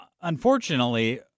unfortunately